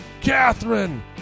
Catherine